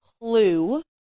clue